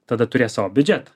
tada turės savo biudžetą